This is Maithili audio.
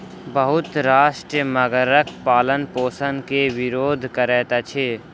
बहुत राष्ट्र मगरक पालनपोषण के विरोध करैत अछि